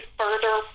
further